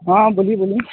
हाँ हाँ बोलिए बोलिए